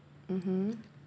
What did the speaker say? mmhmm